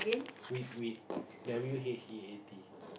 wheat wheat W H E A T